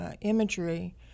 imagery